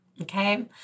Okay